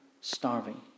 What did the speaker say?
starving